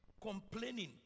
complaining